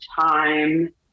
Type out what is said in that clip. Time